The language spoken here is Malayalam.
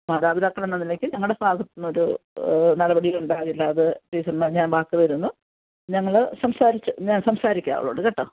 മാതാപിതാക്കളെന്ന നിലക്ക് ഞങ്ങളുടെ ഭാഗത്തുനിന്ന് ഒരു നടപടിയും ഉണ്ടാവില്ല അത് ടീച്ചർന് ഞാൻ വാക്കുതരുന്നു ഞങ്ങൾ സംസാരിച്ച് ഞാൻ സംസാരിക്കാം അവളോട് കേട്ടോ